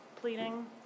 pleading